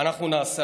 אנחנו נעשה.